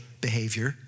behavior